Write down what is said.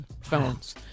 phones